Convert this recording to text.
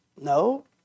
No